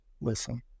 Listen